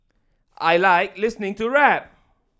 I like listening to rap